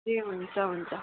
ए हुन्छ हुन्छ